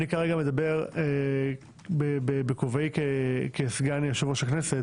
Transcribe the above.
אני כרגע מדבר בכובעי כסגן יושב-ראש הכנסת,